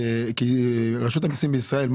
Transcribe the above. כרשות המיסים בישראל,